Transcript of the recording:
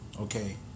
Okay